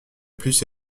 plus